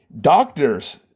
Doctors